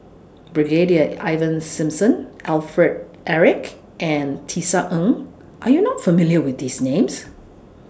Brigadier Ivan Simson Alfred Eric and Tisa Ng Are YOU not familiar with These Names